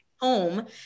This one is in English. home